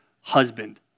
husband